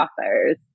authors